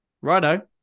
Righto